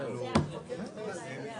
כל הדברים האלה שדיברנו,